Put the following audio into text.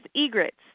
egrets